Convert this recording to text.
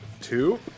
two